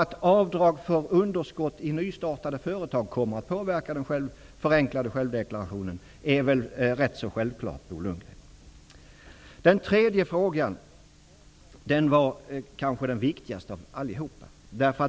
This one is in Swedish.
Att avdrag för underskott i nystartade företag kommer att påverka den förenklade självdeklarationen är väl rätt självklart, Bo Lundgren? Den tredje frågan var kanske den viktigaste av alla.